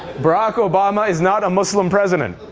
barack obama is not a muslim president.